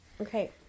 Okay